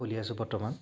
খুলি আছো বৰ্তমান